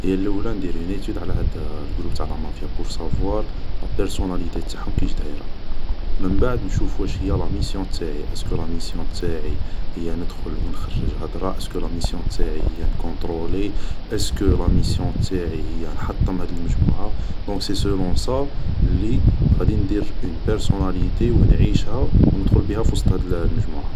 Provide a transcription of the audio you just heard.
هي اللولة ندير اون ايتود على قروب تاع لا مافيا, بور سافوار بارسونالتي تاعهم كيش دايرة, من بعد نشوف واش هي لا ميسيون تاعي, اسكو لا ميسيون تاعي هي ندخل و نخرج هدرة ايسكو لا ميسيون تاعي هي نكونطرولي, ايسكو لا ميسيون تاعي هي نحطم هاد المجموعة, دونك سي سلون صا لي غادي ندير اون بارصوناليتي و نعيشها و ندخل بيها وسط هاد المجموعة